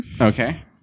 Okay